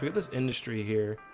this industry here